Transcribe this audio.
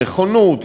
נכונות,